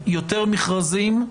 יותר מכרזים,